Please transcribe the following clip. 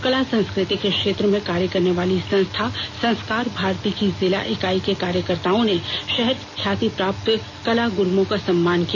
कला संस्क्र ति के क्षेत्र में कार्य करने वाली संस्था संस्कार भारती की जिला इकाई के कार्यकर्ताओं ने शहर के ख्याति प्राप्त कला गुरुओं का सम्मान किया